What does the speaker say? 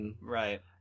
Right